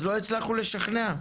לא הצלחנו לשכנע?